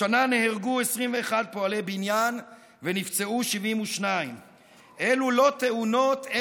השנה נהרגו 21 פועלי בניין ונפצעו 72. אלו לא תאונות,